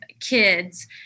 kids